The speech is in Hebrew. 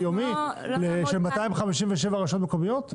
יומי של 257 רשויות מקומיות?